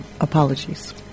apologies